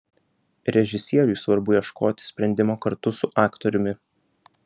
režisieriui svarbu ieškoti sprendimo kartu su aktoriumi